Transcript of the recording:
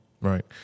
Right